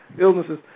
illnesses